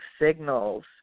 signals